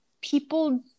People –